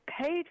paid